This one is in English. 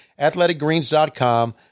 athleticgreens.com